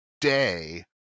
day